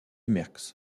merckx